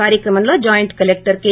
కార్యక్రమంలోజాయింట్ collector K